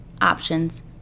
options